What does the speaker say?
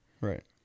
Right